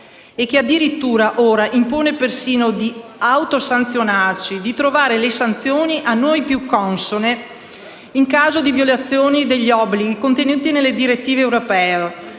che addirittura ora impone persino di autosanzionarci, di trovare le sanzioni a noi più consone in caso di violazioni degli obblighi contenuti nelle direttive europee,